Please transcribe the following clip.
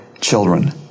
children